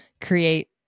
create